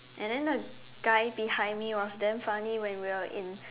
and then the guy behind me was damn funny when we were in